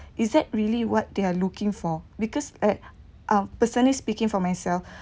is that really what they're looking for because at um personally speaking for myself